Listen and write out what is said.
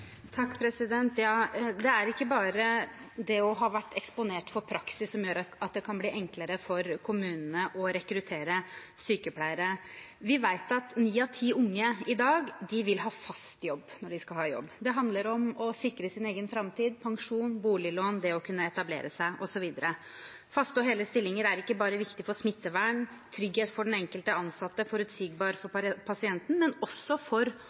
Det er ikke bare det å ha vært eksponert for praksis som gjør at det kan bli enklere for kommunene å rekruttere sykepleiere. Vi vet at ni av ti unge i dag vil ha fast jobb. Det handler om å sikre sin egen framtid, pensjon, boliglån, det å kunne etablere seg, osv. Faste og hele stillinger er ikke bare viktig for smittevern, trygghet for den enkelte ansatte og forutsigbarhet for pasienten, men også for